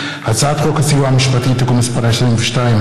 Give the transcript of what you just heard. הצעת חוק הסיוע המשפטי (תיקון מס' 22,